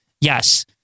Yes